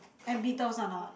and beetles are not